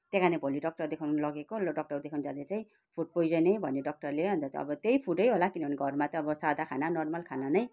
त्यही कारणले भोलि डक्टर देखाउनु लगेको लौ डक्टर देखाउन जाँदा चाहिँ फुड पोइजनै भन्यो डक्टरले अन्त त त्यही फुडै होला किनभने घरमा त अब सादा खाना नर्मल खाना नै